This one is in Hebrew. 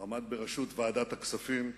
עמד בראשות ועדת הכספים,